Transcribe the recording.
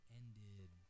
ended